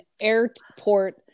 airport